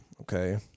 okay